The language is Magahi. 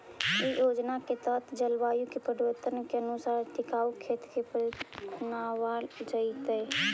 इ योजना के तहत जलवायु परिवर्तन के अनुसार टिकाऊ खेत के पद्धति अपनावल जैतई